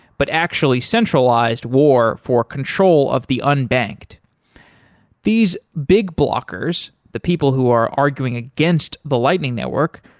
but actually centralized war for control of the unbanked these big blockers, the people who are arguing against the lightning network,